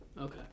Okay